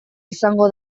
izango